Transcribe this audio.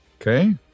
Okay